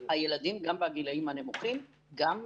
הילדים, גם בגילים הנמוכים, גם